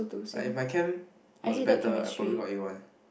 but if my chem was better I probably got A one